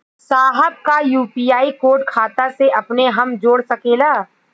साहब का UPI code खाता से अपने हम जोड़ सकेला?